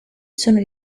sono